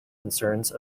concerns